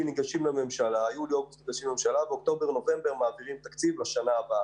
ניגשים לממשלה ובאוקטובר מגישים לממשלה.